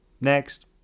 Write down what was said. Next